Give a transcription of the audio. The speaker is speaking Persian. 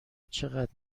چقدر